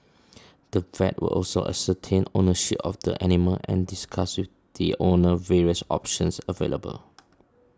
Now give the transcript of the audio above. the vet would also ascertain ownership of the animal and discuss with the owner various options available